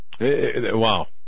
Wow